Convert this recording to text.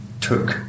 took